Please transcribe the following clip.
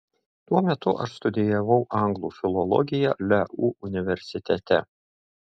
tuo metu aš studijavau anglų filologiją leu universitete